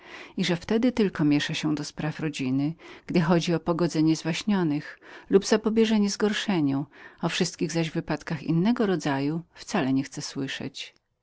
i że wtedy tylko miesza się do spraw rodziny gdy chodzi o pogodzenie zwaśnionych lub zapobieżenie zgorszeniu o wszystkich zaś wypadkach innego rodzaju wcale nie chce słyszeć